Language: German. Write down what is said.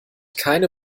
keine